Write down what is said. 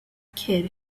kid